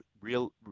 real